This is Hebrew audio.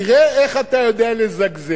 תראה איך אתה יודע לזגזג,